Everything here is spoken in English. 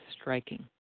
striking